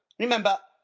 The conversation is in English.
remember,